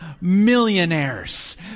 millionaires